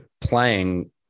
playing